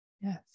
Yes